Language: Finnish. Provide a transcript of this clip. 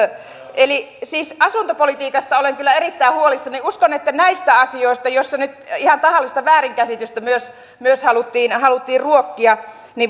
siis asuntopolitiikasta olen kyllä erittäin huolissani uskon että näistä asioista joissa nyt ihan tahallista väärinkäsitystä myös myös haluttiin haluttiin ruokkia